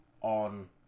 on